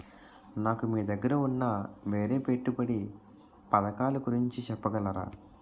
నాకు మీ దగ్గర ఉన్న వేరే పెట్టుబడి పథకాలుగురించి చెప్పగలరా?